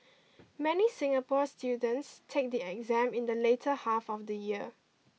many Singapore students take the exam in the later half of the year